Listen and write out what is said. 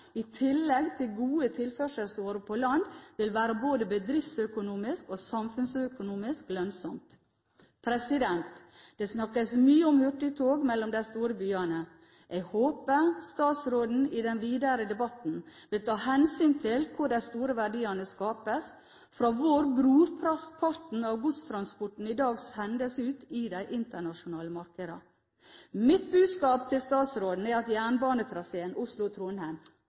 i tillegg til gode tilførselsårer på land vil være både bedriftsøkonomisk og samfunnsøkonomisk lønnsomt. Det snakkes mye om hurtigtog mellom de store byene. Jeg håper statsråden i den videre debatten vil ta hensyn til hvor de store verdiene skapes, fra hvor brorparten av godstransporten i dag sendes ut i de internasjonale markedene. Mitt budskap til statsråden er at jernbanetraseen